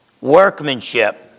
workmanship